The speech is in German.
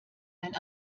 ein